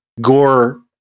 gore